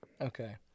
Okay